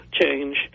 change